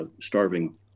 starving